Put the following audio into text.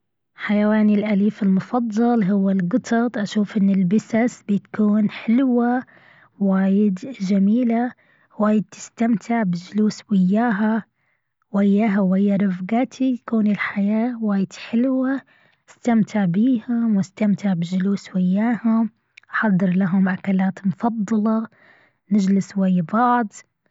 حيواني الأليف المفضل هو القطط أشوف أن البسس بيكون حلوة وايد جميلة. وايد تستمتع بالجلوس وياها. وياها ويا رفقاتي. كون الحياة وايد حلوة. أستمتع بيها مستمتع بالجلوس وياهم أحضر لهم أكلات مفضلة. نجلس ويا بعض.